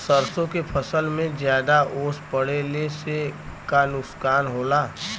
सरसों के फसल मे ज्यादा ओस पड़ले से का नुकसान होला?